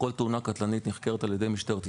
כל תאונה קטלנית נחקרת על-ידי משטרת ישראל,